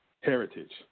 heritage